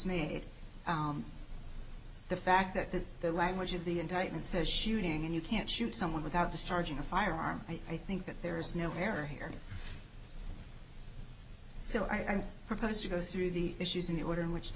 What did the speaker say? made if the fact that the language of the indictment says shooting and you can't shoot someone without discharging a firearm i think that there is no error here so i propose to go through the issues in the order in which the